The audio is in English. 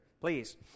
please